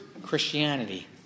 Christianity